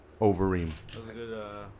Overeem